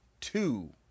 two